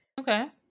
Okay